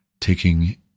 taking